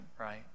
right